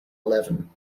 eleven